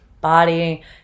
body